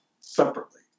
separately